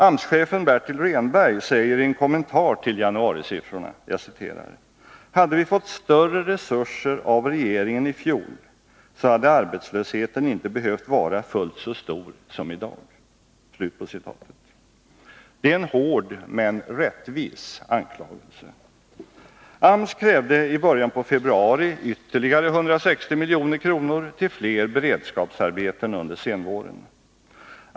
AMS-chefen Bertil Rehnberg säger i en kommentar till januarisiffrorna: ”Hade vi fått större resurser av regeringen i fjol så hade arbetslösheten inte behövt vara fullt så stor som i dag.” Det är en hård men rättvis anklagelse. AMS krävde i början av februari ytterligare 160 milj.kr. till fler beredskapsarbeten under senvåren.